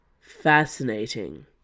Fascinating